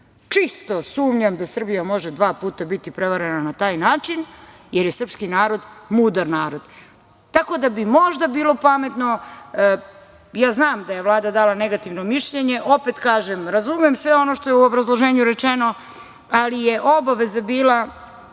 Čisto sumnjam da Srbija može dva puta biti prevarena na taj način, jer je srpski narod mudar narod. Možda bi bilo pametno, znam da je Vlada dala negativno mišljenje, ali opet kažem da razumem sve ono što je u obrazloženju rečeno, ali je obaveza bila,